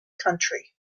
country